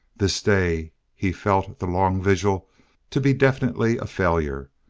this day he felt the long vigil to be definitely a failure,